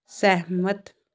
ਸਹਿਮਤ